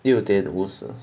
六点五十